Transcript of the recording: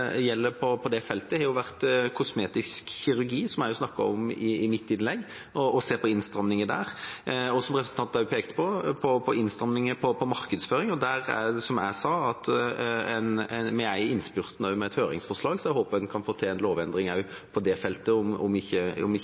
feltet, er kosmetisk kirurgi, som jeg snakket om i mitt innlegg, og å se på innstramminger der. Når det gjelder det representanten pekte på, innstramming av markedsføring, er vi, som jeg sa, i innspurten med et høringsforslag. Jeg håper vi kan få til en lovendring også på det feltet om ikke